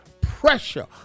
pressure